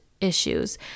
issues